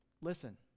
listen